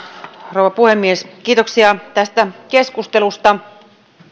rouva puhemies kiitoksia tästä keskustelusta